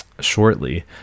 shortly